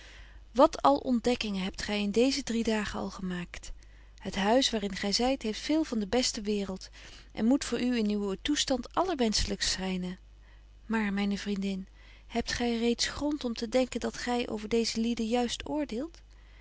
wat al ontdekkingen hebt gy in deeze drie dagen al gemaakt het huis waar in gy zyt heeft veel van de beste waereld en moet voor u in uwen toestand allerwenschelykst schynen betje wolff en aagje deken historie van mejuffrouw sara burgerhart maar myne vriendin hebt gy reeds grond om te denken dat gy over deeze lieden juist oordeelt